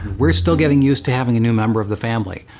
we're still getting used to having a new member of the family.